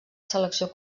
selecció